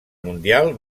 mundial